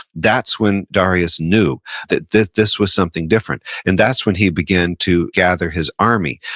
that's when darius knew that that this was something different, and that's when he began to gather his army.